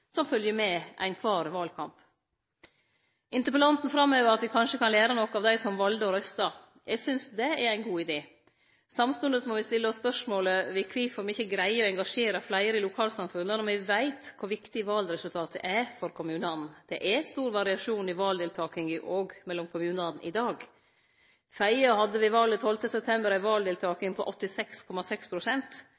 som følgjer med kvar valkamp. Interpellanten framhevar at me kanskje kan lære noko av dei som valde å røyste. Eg synest det er ein god idé. Samstundes må me stille spørsmål ved kvifor me ikkje greier å engasjere fleire i lokalsamfunnet når me veit kor viktig valresultatet er for kommunane. Det er stor variasjon i valdeltakinga mellom kommunane i dag. Fedje hadde ved valet 12. september ei